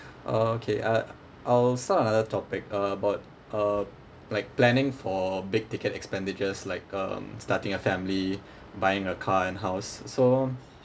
okay uh I'll start another topic about uh like planning for big ticket expenditures like um starting a family buying a car and house so